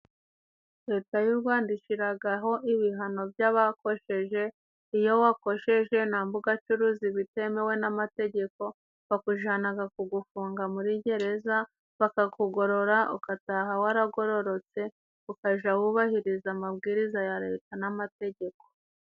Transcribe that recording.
Leta y'u Rwanda ishyiraho ibihano by'abakosheje. Iyo wakosheje namba ugacuruza ibitemewe n'amategeko, bakujyana kugufunga muri gereza bakakugorora, ugataha waragororotse. Ukajya wubahiriza amabwiriza ya Leta n'amategeko.